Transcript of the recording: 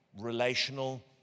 relational